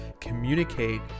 communicate